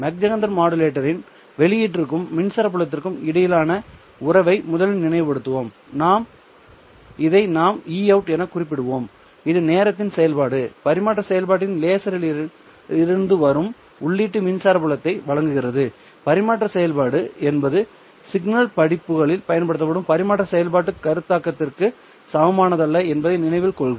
Mach Zehnder மாடுலேட்டரின் வெளியீட்டிற்கும் மின்சார புலத்திற்கும் இடையிலான உறவை முதலில் நினைவுபடுத்துவோம் இதை நாம் Eout எனக் குறிப்பிடுவோம் இது நேரத்தின் செயல்பாடு பரிமாற்ற செயல்பாட்டின் லேசரிலிருந்து வரும் உள்ளீட்டு மின்சார புலத்தை வழங்குகிறது பரிமாற்ற செயல்பாடு என்பது சிக்னல் படிப்புகளில் பயன்படுத்தப்படும் பரிமாற்ற செயல்பாட்டுக் கருத்தாக்கத்திற்கு சமமானதல்ல என்பதை நினைவில் கொள்க